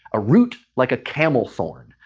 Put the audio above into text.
a root like a camel-thorn.